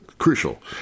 crucial